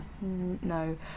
no